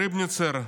הריבניצער,